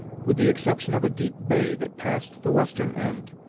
with the exception of a deep bay that passed the western end,